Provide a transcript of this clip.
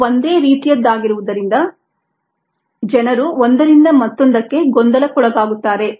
ಇದು ಒಂದೇ ರೀತಿಯದ್ದಾಗಿರುವುದರಿಂದ ಜನರು ಒಂದರಿಂದ ಮತ್ತೊಂದಕ್ಕೆ ಗೊಂದಲಕ್ಕೊಳಗಾಗುತ್ತಾರೆ